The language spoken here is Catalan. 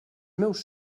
meus